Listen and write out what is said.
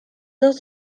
dat